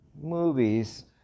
movies